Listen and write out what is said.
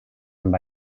amb